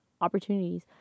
opportunities